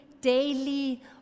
daily